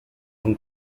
one